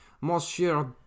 monsieur